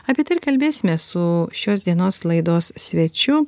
apie tai ir kalbėsime su šios dienos laidos svečiu